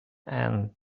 and